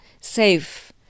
safe